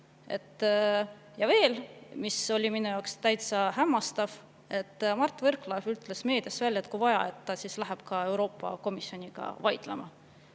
Ja veel, mis mind täiesti hämmastas: Mart Võrklaev ütles meedias välja, et kui vaja, siis läheb ta Euroopa Komisjoniga vaidlema.